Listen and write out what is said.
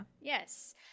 Yes